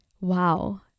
wow